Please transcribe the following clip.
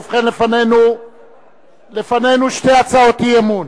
לפנינו שתי הצעות אי-אמון.